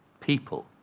people,